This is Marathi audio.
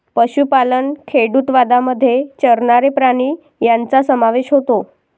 पशुपालन खेडूतवादामध्ये चरणारे प्राणी यांचा समावेश होतो